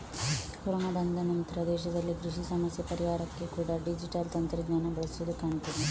corona ಬಂದ ನಂತ್ರ ದೇಶದಲ್ಲಿ ಕೃಷಿ ಸಮಸ್ಯೆ ಪರಿಹಾರಕ್ಕೆ ಕೂಡಾ ಡಿಜಿಟಲ್ ತಂತ್ರಜ್ಞಾನ ಬಳಸುದು ಕಾಣ್ತದೆ